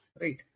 right